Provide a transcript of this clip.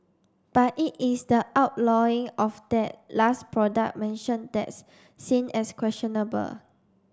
but it is the outlawing of that last product mentioned that's seen as questionable